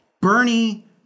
Bernie